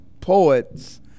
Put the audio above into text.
poets